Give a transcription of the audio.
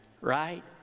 right